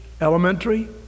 elementary